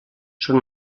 són